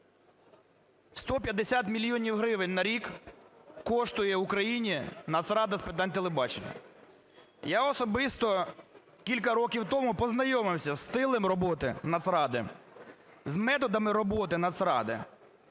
150 мільйонів гривень на рік коштує Україні Нацрада з питань телебачення. Я особисто кілька років тому познайомився зі стилем роботи Нацради, з методами роботи Нацради,